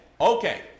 Okay